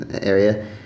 area